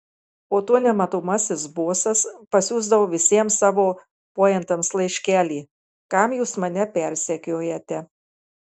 po to nematomasis bosas pasiųsdavo visiems savo pointams laiškelį kam jūs mane persekiojate